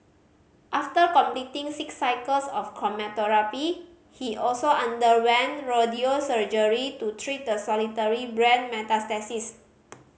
after completing six cycles of chemotherapy he also underwent radio surgery to treat the solitary brain metastasis